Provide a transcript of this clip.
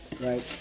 right